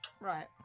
Right